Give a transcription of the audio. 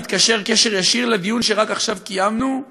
מתקשר בקשר ישיר לדיון שרק עכשיו קיימנו,